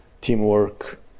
teamwork